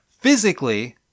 Physically